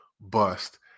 bust